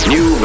New